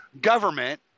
government